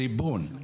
הריבון,